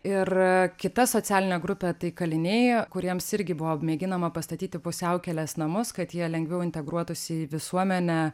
ir kita socialinė grupė tai kaliniai kuriems irgi buvo mėginama pastatyti pusiaukelės namus kad jie lengviau integruotųsi į visuomenę